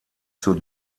zur